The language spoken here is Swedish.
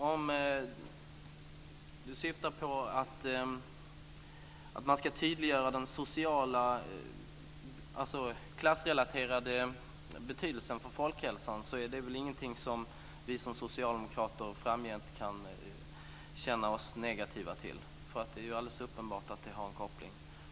Fru talman! Om Rolf Olsson syftar på att tydliggöra sociala och klassrelaterade aspekter på folkhälsan är det väl ingenting som vi socialdemokrater framgent kan känna oss negativa till. Det är ju alldeles uppenbart att det finns en koppling.